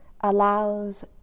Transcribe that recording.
allows